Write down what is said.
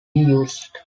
used